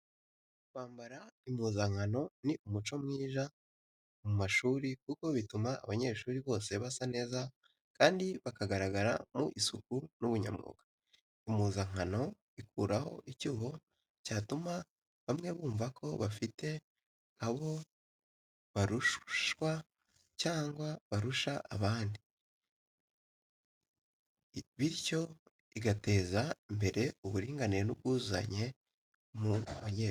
Kwambara impuzankano ni umuco mwiza mu mashuri kuko bituma abanyeshuri bose basa neza kandi bakagaragara mu isuku n’ubunyamwuga. Impuzankano ikuraho icyuho cyatuma bamwe bumva ko bafite aho barushwa cyangwa barusha abandi, bityo igateza imbere uburinganire n’ubwuzuzanye mu banyeshuri.